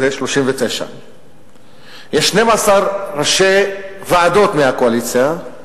שזה 39. יש 12 ראשי ועדות מהקואליציה,